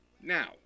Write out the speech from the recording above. Now